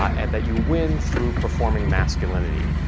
and that you win through performing masculinity.